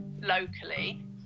locally